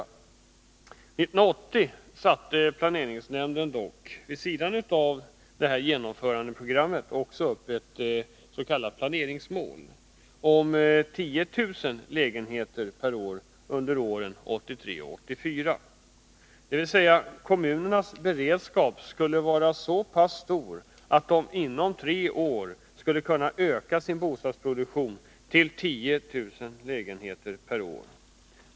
År 1980 satte planeringsnämnden dock, vid sidan av sitt genomförandeprogram, också upp ett s.k. planeringsmål om 10 000 lägenheter per år under åren 1983 och 1984, dvs. kommunernas beredskap skulle vara så pass stor att de inom tre år skulle kunna öka sin bostadsproduktion till 10 000 lägenheter per år.